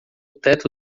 teto